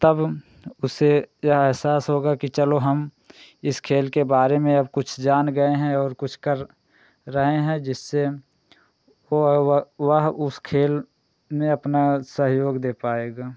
तब उसे यह अहसास होगा कि चलो हम इस खेल के बारे में अब कुछ जान गए हैं और कुछ कर रहे हैं जिससे वह वह वह उस खेल में अपना सहयोग दे पाएगा